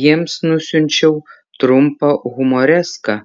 jiems nusiunčiau trumpą humoreską